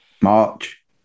March